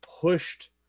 pushed